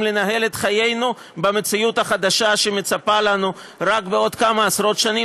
לנהל את חיינו במציאות החדשה שמצפה לנו רק בעוד כמה עשרות שנים.